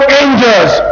angels